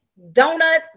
donut